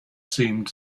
seemed